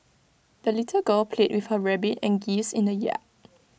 the little girl played with her rabbit and geese in the yard